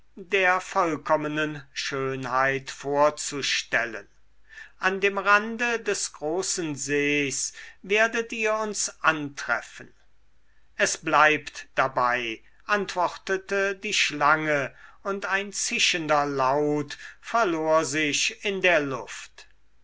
der vollkommenen schönheit vorzustellen an dem rande des großen sees werdet ihr uns antreffen es bleibt dabei antwortete die schlange und ein zischender laut verlor sich in der luft